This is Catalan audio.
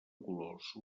colors